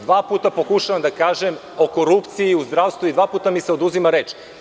Dva puta pokušavam da kažem o korupciji u zdravstvu i dva puta mi se oduzima reč.